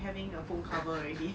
having a phone cover already